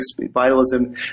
vitalism